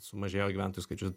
sumažėjo gyventojų skaičius